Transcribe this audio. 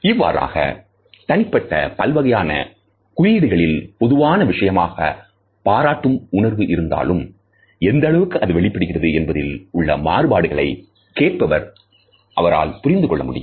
இவ்வாறாக தனிப்பட்ட பல்வகையான குறியீடுகளில் பொதுவான விஷயமாக பாராட்டும் உணர்வு இருந்தாலும் எந்த அளவுக்கு அது வெளிப்படுகிறது என்பதில் உள்ள மாறுபாடுகளை கேட்பவர் ஆல் புரிந்து கொள்ள முடியும்